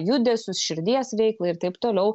judesius širdies veiklą ir taip toliau